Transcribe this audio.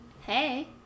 Hey